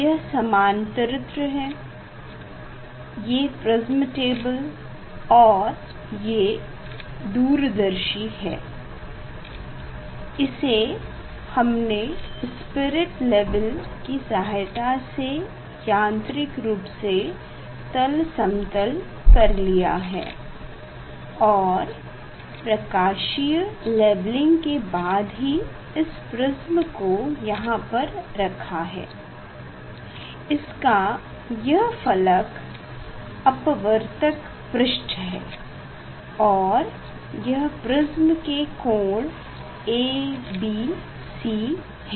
यह समांतरित्र है यह प्रिस्म टेबल है और यह एक दूरदर्शी है इसे हमने स्पिरिट लेवल की सहायता से यांत्रिक रूप से तल समतल कर लिया है और प्रकाशीय लेवलिंग के बाद ही इस प्रिस्म को यहां पर रखा है इसका यह फलक अपवर्तक पृष्ठ है और यह प्रिस्म के कोण a b c हैं